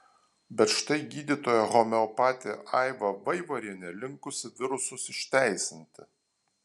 bet štai gydytoja homeopatė aiva vaivarienė linkusi virusus išteisinti